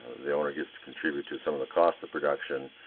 the owner gets to contribute to some of the costs of production,